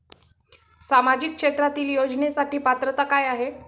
सामाजिक क्षेत्रांतील योजनेसाठी पात्रता काय आहे?